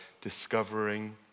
discovering